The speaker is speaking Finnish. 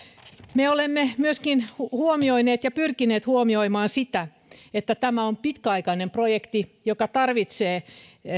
me olemme myöskin huomioineet ja pyrkineet huomioimaan sitä että tämä on pitkäaikainen projekti joka tarvitsee